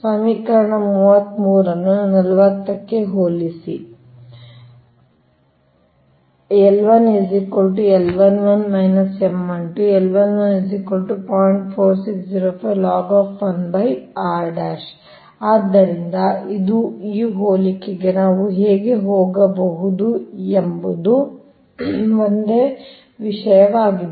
ಸಮೀಕರಣ 33 ನ್ನು 40ಕ್ಕೆ ಹೋಲಿಸಿದರೆ ಆದ್ದರಿಂದ ಇದು ಈ ಹೋಲಿಕೆಗೆ ನಾವು ಹೇಗೆ ಹೋಗಬಹುದು ಎಂಬುದು ಒಂದೇ ವಿಷಯವಾಗಿದೆ